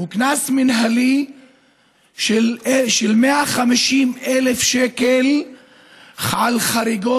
וקנס מינהלי של 150,000 שקל על חריגה